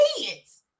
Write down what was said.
kids